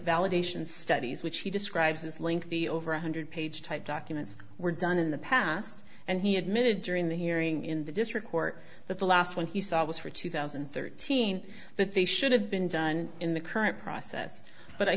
validation studies which he describes as lengthy over one hundred page type documents were done in the past and he admitted during the hearing in the district court that the last one he saw was for two thousand and thirteen that they should have been done in the current process but i